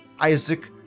Isaac